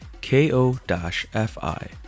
K-O-F-I